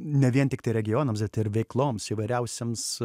ne vien tiktai regionams bet ir veikloms įvairiausioms